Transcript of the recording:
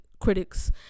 critics